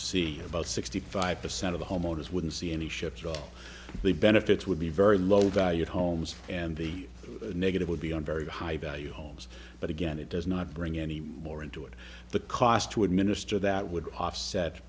see about sixty five percent of the homeowners wouldn't see any ships all the benefits would be very low value homes and the negative would be on very high value homes but again it does not bring any more into it the cost to administer that would offset